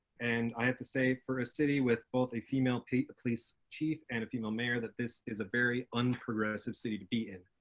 and i have to say for a city with both a female police chief and a female mayor, that this is a very unprogressive city to be in.